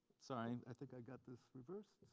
sorry, and i think i've got this reversed.